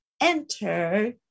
Enter